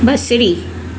बसरी